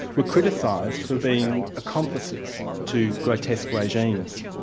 were criticised for being accomplices to grotesque regimes.